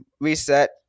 reset